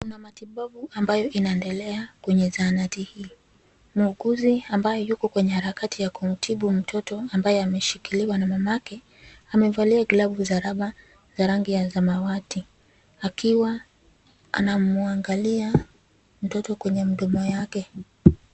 Kuna matibabu ambayo inaendelea kwenye zahanati hii. Muuguzi ambaye yuko kwenye harakati ya kumtibu mtoto ambaye ameshikiliwa na mamake, amevalia glovu za raba za rangi samawati, akiwa anamuangalia mtoto kwenye mdomo yake.